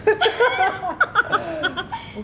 bukan